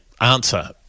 answer